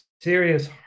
serious